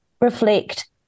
reflect